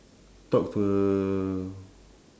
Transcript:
talk to a